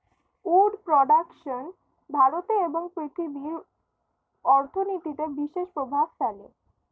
would production ভারতে এবং পৃথিবীর অর্থনীতিতে বিশেষ প্রভাব ফেলে